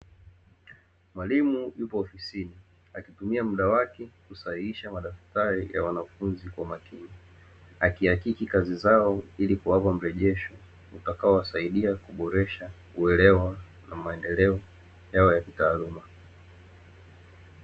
Mwalimu yupo ofisini, akitumia muda wake kusahihisha madaftari ya wanafunzi kwa umakini. Akihakiki kazi zao, ili kuwapa mrejesho utakaowasaidia kuboresha uelewa na maendeleo yao ya kitaaluma.